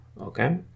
okay